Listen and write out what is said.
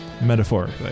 Metaphorically